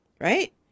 right